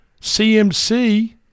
CMC